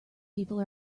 people